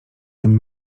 tym